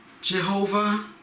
jehovah